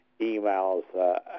emails